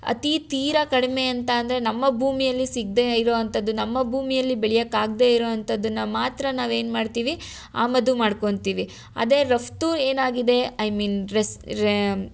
ಅತೀ ತೀರ ಕಡಿಮೆ ಅಂತಂದರೆ ನಮ್ಮ ಭೂಮಿಯಲ್ಲಿ ಸಿಗದೆ ಇರುವಂಥದ್ದು ನಮ್ಮ ಭೂಮಿಯಲ್ಲಿ ಬೆಳೆಯೋಕಾಗ್ದೇ ಇರುವಂಥದ್ದನ್ನ ಮಾತ್ರ ನಾವೇನು ಮಾಡ್ತೀವಿ ಆಮದು ಮಾಡ್ಕೊತೀವಿ ಅದೇ ರಫ್ತು ಏನಾಗಿದೆ ಐ ಮೀನ್ ರೆಸ್ ರೇ